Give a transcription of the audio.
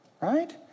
Right